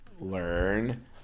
learn